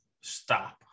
stop